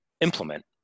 implement